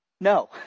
No